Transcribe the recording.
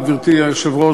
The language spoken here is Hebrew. גברתי היושבת-ראש,